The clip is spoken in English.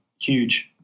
huge